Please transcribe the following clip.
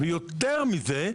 ויותר מזה,